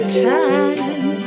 time